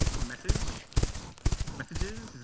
message messages.